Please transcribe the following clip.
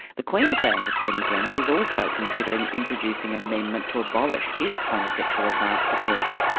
the queensland attorney general is also considering introducing an amendment to abolish its homosexual advance defence.